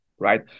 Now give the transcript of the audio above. Right